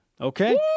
Okay